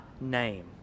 name